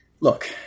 Look